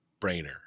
brainer